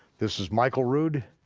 this is michael rood,